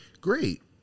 great